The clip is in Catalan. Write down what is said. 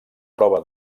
prova